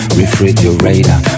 refrigerator